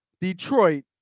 Detroit